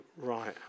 right